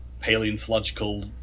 paleontological